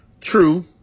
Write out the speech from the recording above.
True